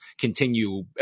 continue